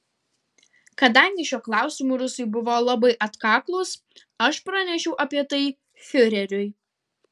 kadangi šiuo klausimu rusai buvo labai atkaklūs aš pranešiau apie tai fiureriui